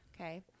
Okay